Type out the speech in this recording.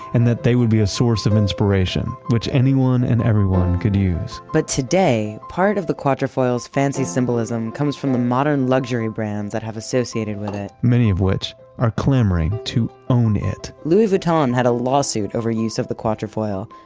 and that they would be a source of inspiration which anyone and everyone could use. but today, part of the quatrefoils fancy symbolism comes from the modern luxury brands that have associated with it. many of which are clamoring to own it. louis vuitton had a lawsuit over use of the quatrefoil.